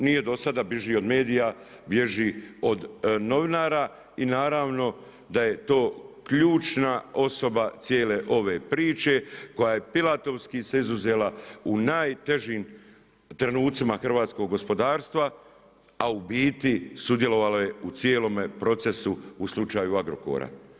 Nije do sada bježao od medija, bježi od novinara i naravno, da je to ključna osoba cijele ove priče koja pilatovski se izuzela u najtežim trenucima hrvatskog gospodarstva, a u biti sudjelovala je u cijelome procesu u slučaju Agrokora.